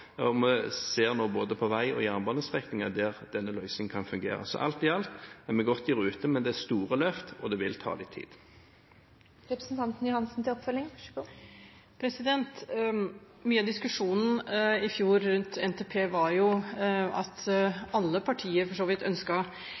Vi ser nå på både veistrekninger og jernbanestrekninger der denne løsningen kan fungere. Alt i alt er vi godt i rute med det store løftet – og det vil ta litt tid. Mye av diskusjonen rundt NTP i fjor gikk på at alle partier for så vidt